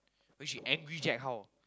but she angry Jack how